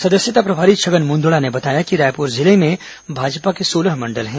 सदस्यता प्रभारी छगन मूंदड़ा ने बताया कि रायपुर जिले में भाजपा के सोलह मंडल हैं